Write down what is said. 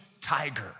tiger